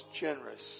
generous